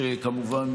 כמובן,